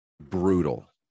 Brutal